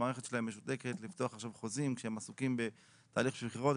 המערכת שלהם משותקת לפתוח עכשיו חוזים כשהם עסוקים בתהליך של בחירות,